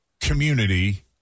Community